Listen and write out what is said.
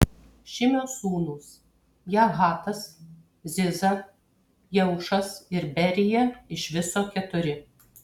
šimio sūnūs jahatas ziza jeušas ir berija iš viso keturi